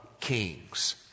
kings